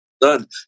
done